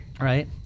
right